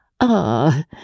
Ah